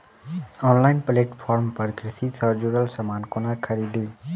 Online platform पर कृषि सँ जुड़ल समान कोना खरीदी?